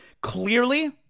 Clearly